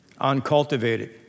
Uncultivated